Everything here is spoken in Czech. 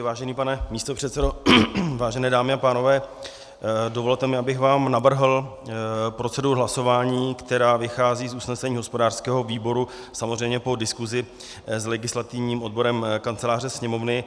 Vážený pane místopředsedo, vážené dámy a pánové, dovolte mi, abych vám navrhl proceduru hlasování, která vychází z usnesení hospodářského výboru, samozřejmě po diskusi s legislativním odborem Kanceláře sněmovny.